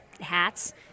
hats